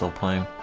so time